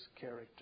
character